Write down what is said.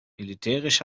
militärisch